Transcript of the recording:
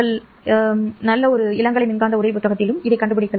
நீங்கள் முடியும் எந்தவொரு நல்ல இளங்கலை மின்காந்த உரை புத்தகங்களிலும் இதைக் கண்டுபிடி